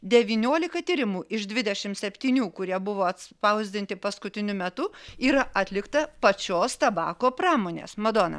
devyniolika tyrimų iš dvidešimt septynių kurie buvo atspausdinti paskutiniu metu yra atlikta pačios tabako pramonės madona